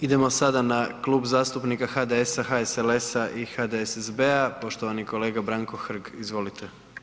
Idemo sada na Kluba zastupnika HDS-a, HSLS-a i HDSSB-a poštovani kolega Branko Hrg, izvolite.